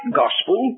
gospel